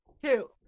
two